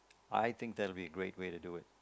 I think that will be a great way to do it